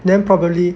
then probably